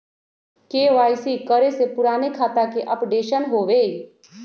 KYC करें से पुराने खाता के अपडेशन होवेई?